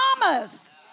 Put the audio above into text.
promise